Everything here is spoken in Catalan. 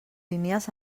línies